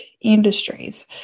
industries